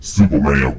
Superman